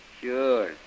sure